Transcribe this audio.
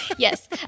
Yes